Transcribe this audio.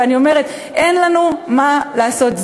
ואני אומרת: אין לנו מה לעשות,